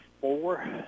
four